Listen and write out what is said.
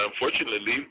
Unfortunately